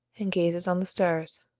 and gazes on the stars.